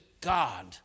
God